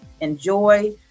enjoy